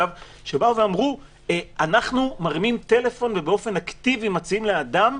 שאמרו: אנחנו מרימים טלפון ובאופן אקטיבי מציעים לאדם,